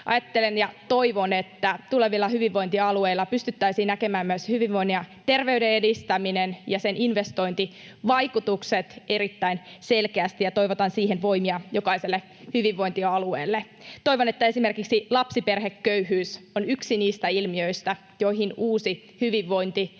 Ajattelen ja toivon, että tulevilla hyvinvointialueilla pystyttäisiin näkemään myös hyvinvoinnin ja terveyden edistäminen ja sen investointivaikutukset erittäin selkeästi, ja toivotan siihen voimia jokaiselle hyvinvointialueelle. Toivon, että esimerkiksi lapsiperheköyhyys on yksi niistä ilmiöistä, joihin uusi hyvinvointimalli